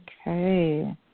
Okay